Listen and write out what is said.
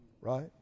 Right